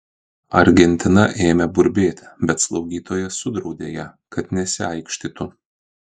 argentina ėmė burbėti bet slaugytoja sudraudė ją kad nesiaikštytų